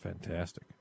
fantastic